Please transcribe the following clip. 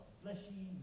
fleshy